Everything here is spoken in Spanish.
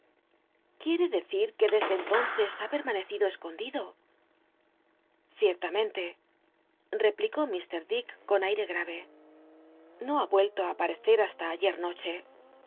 quiere decir que desde entonces ha pcnoanccido escondido ciertamente replicó ir dick con aire grave no ha vuelto á i paecer hasta ayer noche